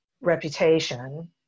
reputation